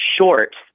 short